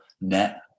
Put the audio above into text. net